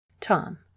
Tom